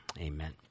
Amen